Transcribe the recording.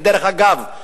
ודרך אגב,